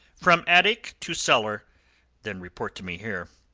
from attic to cellar then report to me here.